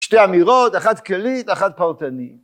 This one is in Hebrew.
שתי אמירות - אחת כללית, אחת פרטנית.